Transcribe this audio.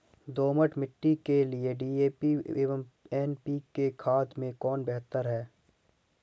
दोमट मिट्टी के लिए डी.ए.पी एवं एन.पी.के खाद में कौन बेहतर है?